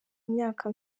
imyaka